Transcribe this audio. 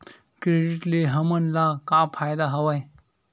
Credit ले हमन ला का फ़ायदा हवय?